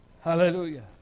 Hallelujah